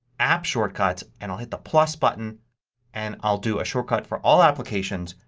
add shortcuts and i'll hit the plus button and i'll do a shortcut for all applications,